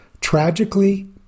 Tragically